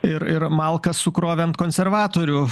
ir ir malkas sukrovė ant konservatorių